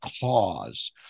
cause